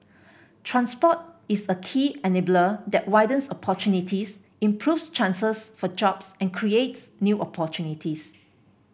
transport is a key enabler that widens opportunities improves chances for jobs and creates new opportunities